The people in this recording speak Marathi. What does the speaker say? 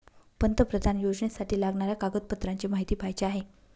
पंतप्रधान योजनेसाठी लागणाऱ्या कागदपत्रांची माहिती पाहिजे आहे